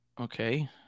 okay